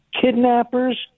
kidnappers